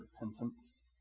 repentance